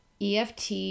EFT